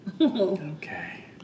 Okay